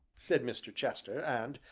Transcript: said mr. chester, and,